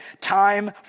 time